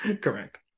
Correct